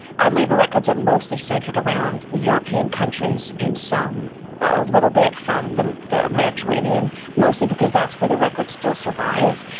our labor records are mostly centered around the european countries and some a little bit from the the mediterranean. mostly because that's where the records still survived.